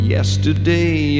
Yesterday